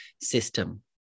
system